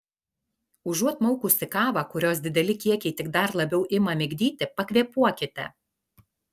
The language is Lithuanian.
užuot maukusi kavą kurios dideli kiekiai tik dar labiau ima migdyti pakvėpuokite